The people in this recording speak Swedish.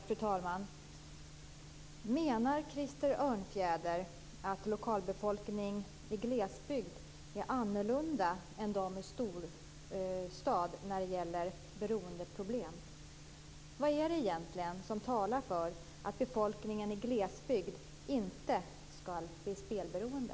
Fru talman! Menar Krister Örnfjäder att lokalbefolkning i glesbygd är annorlunda befolkningen i storstaden när det gäller beroendeproblem? Vad är det egentligen som talar för att befolkningen i glesbygd inte skall bli spelberoende?